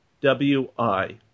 WI